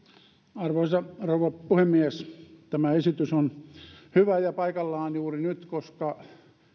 arvoisa rouva puhemies tämä esitys on hyvä ja paikallaan juuri nyt koska